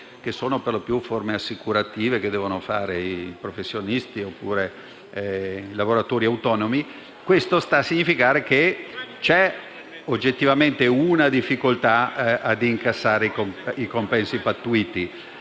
tratta per lo più di forme assicurative che devono fare i professionisti o i lavoratori autonomi). Ciò sta a significare che c'è oggettivamente una difficoltà ad incassare i compensi pattuiti.